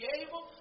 able